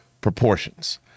proportions